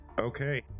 Okay